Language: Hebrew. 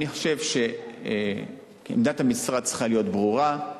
אני חושב שעמדת המשרד צריכה להיות ברורה,